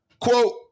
Quote